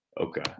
Okay